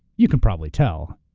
you can probably tell,